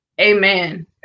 Amen